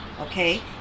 okay